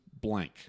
blank